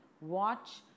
watch